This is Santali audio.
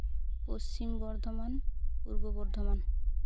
ᱯᱚᱥᱪᱷᱤᱢ ᱵᱚᱨᱫᱷᱚᱢᱟᱱ ᱯᱩᱨᱵᱚ ᱵᱚᱨᱫᱷᱚᱢᱟᱱ